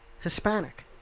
Hispanic